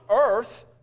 earth